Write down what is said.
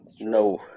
No